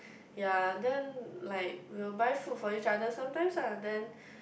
yea then like we will buy food for each other sometimes ah then